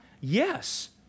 Yes